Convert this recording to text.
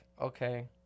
okay